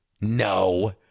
No